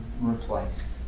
replaced